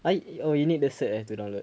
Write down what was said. !huh! oh you need the cert ah to download